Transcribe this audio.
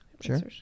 Sure